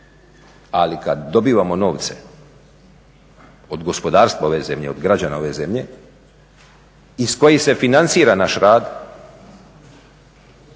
Ali kad dobivamo novce od gospodarstva ove zemlje, od građana ove zemlje iz kojih se financira naš rad